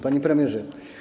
Panie Premierze!